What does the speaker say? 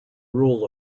rule